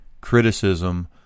criticism